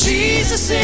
Jesus